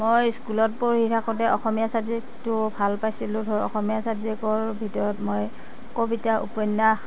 মই স্কুলত পঢ়ি থাকোঁতে অসমীয়া ছাবজেক্টটো ভাল পাইছিলো ধৰ অসমীয়া ছাবজেক্টৰ ভিতৰত মই কবিতা উপন্যাস